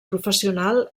professional